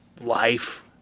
life